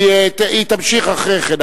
היא תמשיך אחרי כן,